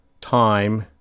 time